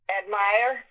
admire